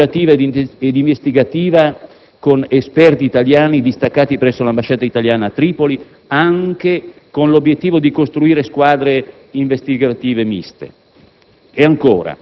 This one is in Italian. Collaborazione operativa ed investigativa con esperti italiani distaccati presso l'ambasciata italiana a Tripoli, anche con l'obiettivo di costruire squadre investigative miste.